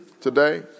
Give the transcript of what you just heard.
Today